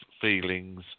feelings